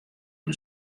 him